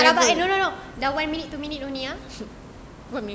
tak rabak eh no no no dah one minute two minute only ah